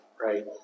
right